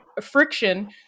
friction